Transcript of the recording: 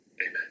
amen